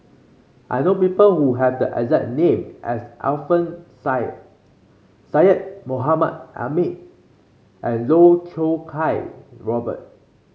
I know people who have the exact name as Alfian Sa'at Syed Mohamed Ahmed and Loh Choo Kiat Robert